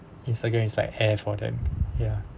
instagram is like air for them ya